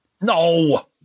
No